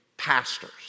pastors